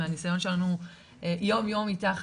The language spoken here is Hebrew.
מהניסיון שלנו יום יום איתך.